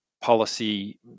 policy